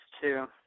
two